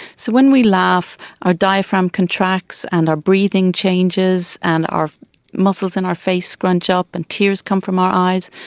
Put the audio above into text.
so when we laugh, our diaphragm contracts and our breathing changes and our muscles in our face scrunch up and tears come from our eyes.